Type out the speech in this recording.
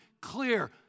clear